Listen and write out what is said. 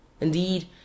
Indeed